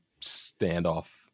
standoff